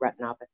retinopathy